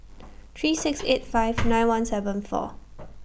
three six eight five nine one seven four